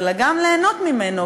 אלא גם ליהנות ממנו,